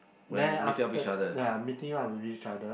then after meeting up with each other